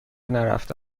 نرفته